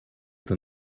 than